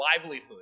livelihood